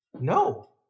no